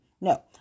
No